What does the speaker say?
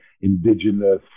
indigenous